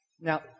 Now